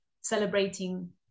celebrating